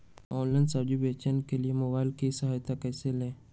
Online सब्जी बेचने के लिए मोबाईल की सहायता कैसे ले?